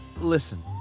Listen